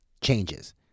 changes